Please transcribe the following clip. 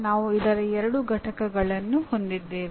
ನಾವು ಇದರ ಎರಡು ಪಠ್ಯಗಳನ್ನು ಹೊಂದಿದ್ದೇವೆ